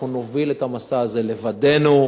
אנחנו נוביל את המסע הזה לבדנו,